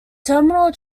terminal